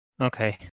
Okay